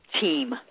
team